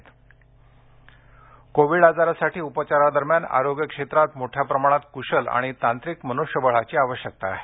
corona अभ्यासक्रम Covid आजारासाठी उपचारादरम्यान आरोग्य क्षेत्रात मोठ्या प्रमाणात कुशल आणि तांत्रिक मनुष्यबळाची आवश्यकता आहे